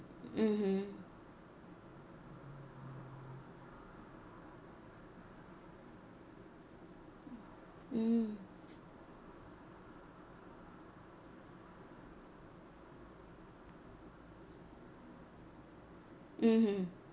mmhmm mm mmhmm